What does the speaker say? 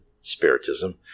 Spiritism